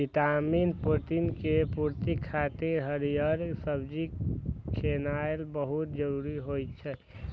vitamin, protein के पूर्ति खातिर हरियर सब्जी खेनाय बहुत जरूरी होइ छै